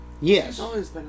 Yes